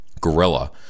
Gorilla